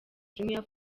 jumia